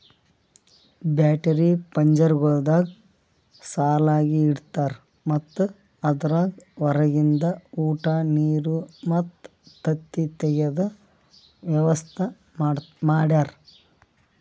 battery ಪಂಜರಗೊಳ್ದಾಗ್ ಸಾಲಾಗಿ ಇಡ್ತಾರ್ ಮತ್ತ ಅದುರಾಗ್ ಹೊರಗಿಂದ ಉಟ, ನೀರ್ ಮತ್ತ ತತ್ತಿ ತೆಗೆದ ವ್ಯವಸ್ತಾ ಮಾಡ್ಯಾರ